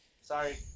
Sorry